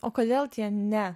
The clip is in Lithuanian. o kodėl tie ne